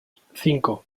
cinco